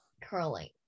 curling